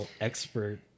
expert